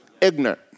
ignorant